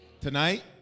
Tonight